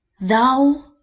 Thou